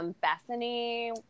Bethany